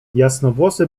jasnowłosy